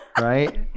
right